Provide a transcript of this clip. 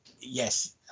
yes